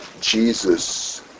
Jesus